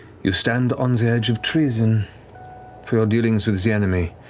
you stand on the edge of treason for your dealings with the enemy,